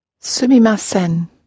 Sumimasen